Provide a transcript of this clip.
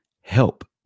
help